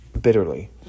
bitterly